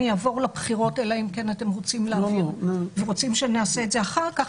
אני אעבור לבחירות אלא אם כן אתם רוצים שנעשה את זה אחר-כך: